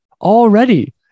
already